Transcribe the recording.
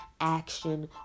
action